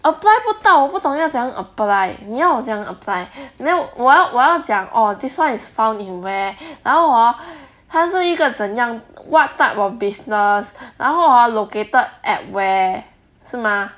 apply 不到我不懂要怎样 apply 你要我怎样 apply then 我要我要讲 orh this [one] is found in where 然后 hor 它是一个怎样 what type of business 然后 hor located at where 是吗